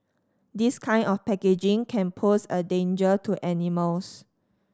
this kind of packaging can pose a danger to animals